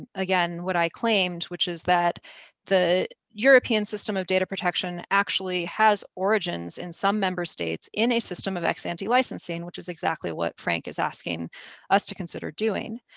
again, what i claimed, which is that the european system of data protection actually has origins in some member states in a system of ex-ante licensing which is exactly what frank is asking us to consider doing.